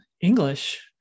English